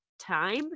time